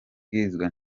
bwirizwa